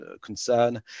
concern